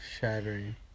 shattering